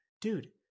Dude